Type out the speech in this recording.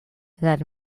that